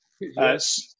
Yes